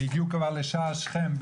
והגיעו כבר לשער שכם,